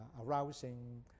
arousing